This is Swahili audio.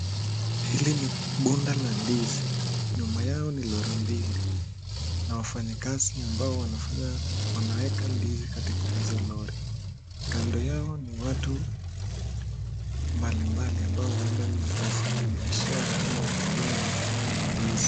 Hili ni bunda la ndizi, nyuma yao ni lori mbili na wafanyikazi ambao wanaeka ndizi katika hizo lori. Kando yao ni watu mbalimbali ambao ueda ni wafanyibiashara au wakulima wa ndizi.